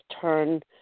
turn